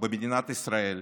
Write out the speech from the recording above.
במדינת ישראל,